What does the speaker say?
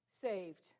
saved